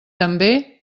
també